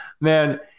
man